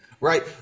Right